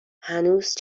هنوز